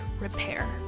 repair